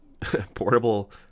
Portable